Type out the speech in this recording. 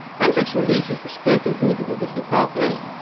hendrix releases the spirit of voodoo with his guitar playing,